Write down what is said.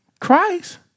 Christ